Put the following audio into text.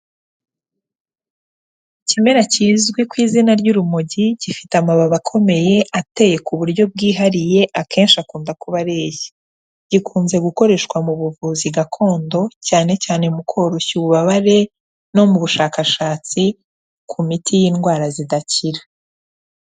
Ikimera kizwi ku izina ry'urumogi gifite amababi akomeye ateye ku buryo bwihariye akenshi akunda kuba areshya, gikunze gukoreshwa mu buvuzi gakondo cyane cyane mu koroshya ububabare no mu bushakashatsi ku miti y'indwara zidakira.